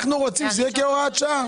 אנחנו רוצים שזה יהיה כהוראת שעה.